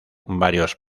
varios